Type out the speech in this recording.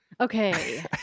Okay